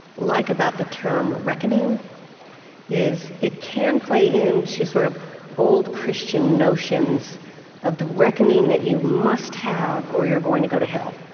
like about the term reckoning is, it can play into sort of old christian notions of the reckoning that you must have, or you're going to go to hell.